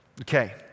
Okay